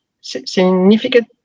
significant